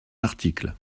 article